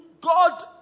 God